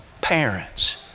parents